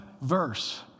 verse